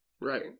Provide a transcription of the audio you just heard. Right